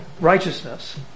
righteousness